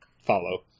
follow